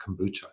kombucha